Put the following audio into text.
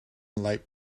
light